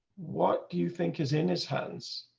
what do you think is in his hands,